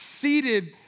seated